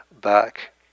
back